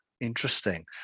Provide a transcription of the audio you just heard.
interesting